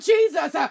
Jesus